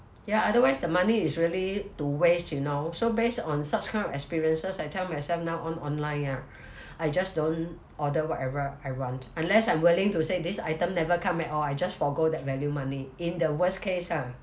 ya otherwise the money is really to waste you know so based on such kind of experiences I tell myself now on online ah I just don't order whatever I want unless I'm willing to say this item never come at all I just forgo that value money in the worst case lah